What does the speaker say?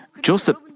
Joseph